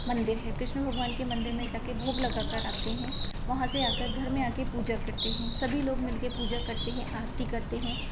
मंदिर है कृष्ण भगवान के मंदिर में जाकर भोग लगाकर आते हैं वहाँ से आकर घर में आकर पूजा करते हैं सभी लोग मिलकर पूजा करते हैं आरती करते हैं